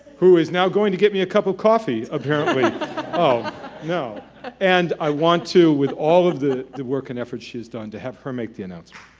who is now going to get me a cup of coffee apparently oh no and i want to with all of the the work and effort she's done to have her make the announcement